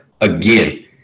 again